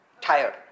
tired